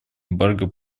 эмбарго